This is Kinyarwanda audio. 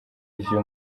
ivyo